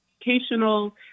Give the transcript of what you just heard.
educational